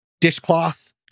dishcloth